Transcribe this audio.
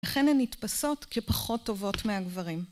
לכן הן נתפסות כפחות טובות מהגברים.